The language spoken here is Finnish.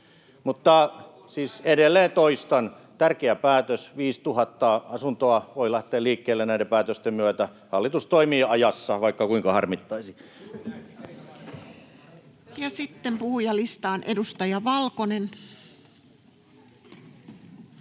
Mutta siis edelleen toistan: tärkeä päätös, 5 000 asuntoa voi lähteä liikkeelle näiden päätösten myötä. Hallitus toimii ajassa, vaikka kuinka harmittaisi. [Mauri Peltokangas: Juuri näin,